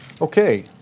Okay